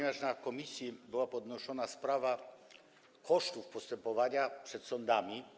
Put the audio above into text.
W komisji była podnoszona sprawa kosztów postępowania przed sądami.